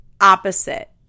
opposite